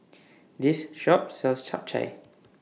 This Shop sells Chap Chai